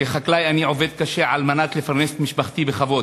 כחקלאי אני עובד קשה על מנת לפרנס את משפחתי בכבוד.